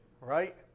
Right